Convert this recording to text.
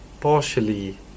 partially